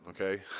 okay